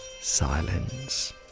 silence